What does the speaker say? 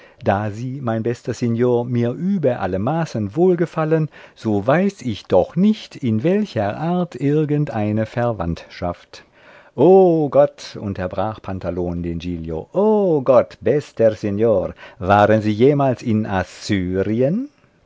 da sie mein bester signor mir über alle maßen wohlgefallen so weiß ich doch nicht in welcher art irgendeine verwandtschaft o gott unterbrach pantalon den giglio o gott bester signor waren sie jemals in